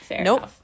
nope